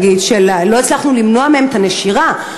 נגיד לא הצלחנו למנוע מהם את הנשירה,